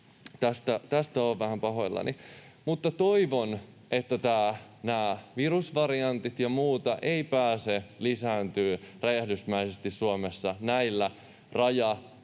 tästä olen vähän pahoillani. Mutta toivon, että nämä virusvariantit ja muut eivät pääse lisääntymään räjähdysmäisesti Suomessa näillä rajalain